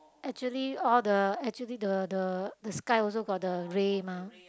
actually all the actually the the the sky also got the ray mah